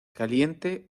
caliente